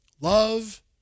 love